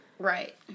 right